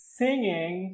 singing